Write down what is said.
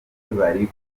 bari